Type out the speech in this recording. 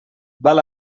val